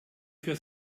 für